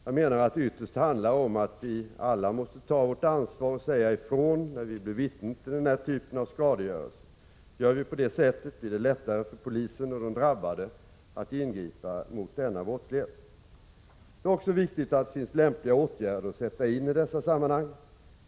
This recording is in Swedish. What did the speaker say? Jag menar att det ytterst handlar om att vi alla måste ta vårt ansvar och säga ifrån när vi blir vittnen till den här typen av skadegörelse. Gör vi på det sättet, blir det lättare för polisen och de drabbade att ingripa mot denna brottslighet. Det är också viktigt att det finns lämpliga åtgärder att sätta in i dessa sammanhang.